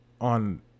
on